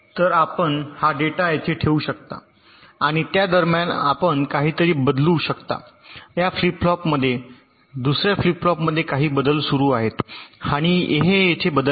तर आपण हा डेटा येथे ठेवू शकता आणि त्या दरम्यान आपण काहीतरी बदलू शकता या फ्लिप फ्लॉपमध्ये दुसर्या फ्लिप फ्लॉपमध्ये काही बदल सुरू आहेत आणि हे येथे आहे बदलणार नाही